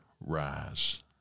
rise